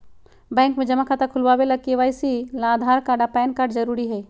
bank में जमा खाता खुलावे ला के.वाइ.सी ला आधार कार्ड आ पैन कार्ड जरूरी हई